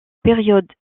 période